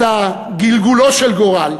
את גלגולו של גורל: